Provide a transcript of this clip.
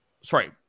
sorry